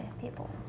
people